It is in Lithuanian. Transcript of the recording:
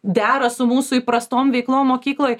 dera su mūsų įprastom veiklom mokykloj